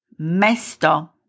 mesto